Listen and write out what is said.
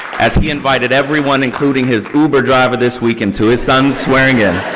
as he invited everyone including his uber driver this weekend to his son's swearing in.